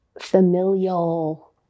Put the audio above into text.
familial